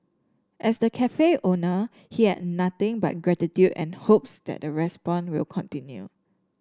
as the cafe owner he had nothing but gratitude and hopes that respond will continue